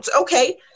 Okay